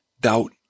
Doubt